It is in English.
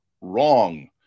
Wrong